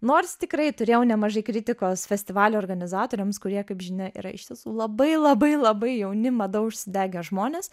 nors tikrai turėjau nemažai kritikos festivalio organizatoriams kurie kaip žinia yra iš tiesų labai labai labai jauni mada užsidegę žmonės